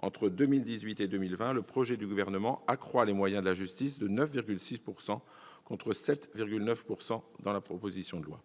Entre 2018 et 2020, le projet du Gouvernement accroît les moyens de la justice de 9,6 %, contre 7,9 % dans la proposition de loi.